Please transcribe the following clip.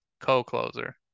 co-closer